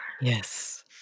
Yes